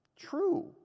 true